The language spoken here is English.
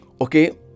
Okay